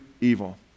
evil